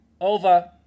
Over